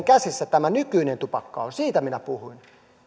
käsissä tämä nykyinen tupakka on siitä minä puhun